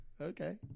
okay